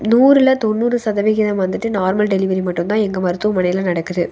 நூற்றில் தொண்ணூறு சதவிகிதம் வந்துட்டு நார்மல் டெலிவரி மட்டும் தான் எங்கள் மருத்துவமனையில் நடக்குது